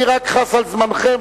אני רק חס על זמנכם,